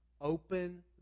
Open